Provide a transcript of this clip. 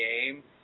game